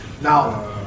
Now